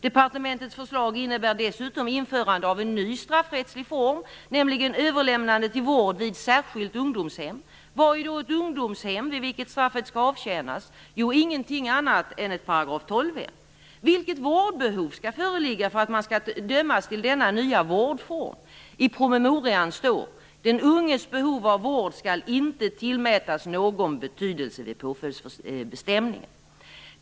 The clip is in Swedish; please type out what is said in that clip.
Departementets förslag innebär dessutom införande av en ny straffrättslig form, nämligen överlämnande till vård vid särskilt ungdomshem. Vad är då ett ungdomshem, vid vilket straffet skall avtjänas? Jo, ingenting annat än ett § 12-hem. Vilket vårdbehov skall föreligga för att man skall dömas till denna "nya" vårdform? I promemorian står: "Den unges behov av vård skall inte tillmätas någon betydelse vid påföljdsbestämningen."